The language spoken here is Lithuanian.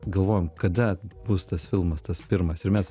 galvojom kada bus tas filmas tas pirmas ir mes